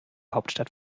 hauptstadt